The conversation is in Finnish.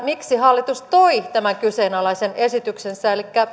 miksi hallitus toi tämän kyseenalaisen esityksensä elikkä